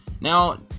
Now